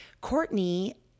Courtney